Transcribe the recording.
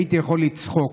הייתי יכול לצחוק,